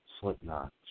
Slipknot